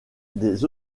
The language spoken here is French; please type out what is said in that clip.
des